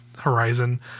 Horizon